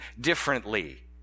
differently